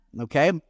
Okay